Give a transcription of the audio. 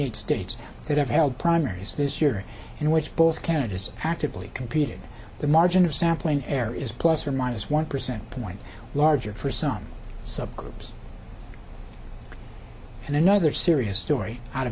eight states that have held primaries this year in which both candidates are actively competing the margin of sampling error is plus or minus one percent point larger for sun subgroups and another serious story out of